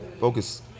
focus